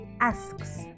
asks